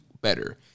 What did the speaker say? better